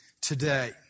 Today